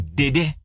dede